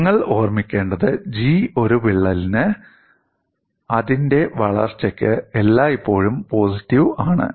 നിങ്ങൾ ഓർമ്മിക്കേണ്ടത് G ഒരു വിള്ളലിന് അതിന്റെ വളർച്ചയ്ക്ക് എല്ലായ്പ്പോഴും പോസിറ്റീവ് ആണ്